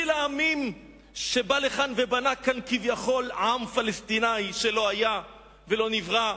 את בליל העמים שבא לכאן ובנה כאן כביכול עם פלסטיני שלא היה ולא נברא.